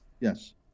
Yes